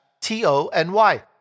T-O-N-Y